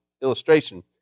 illustration